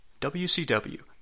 WCW